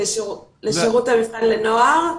לשירות המבחן לנוער?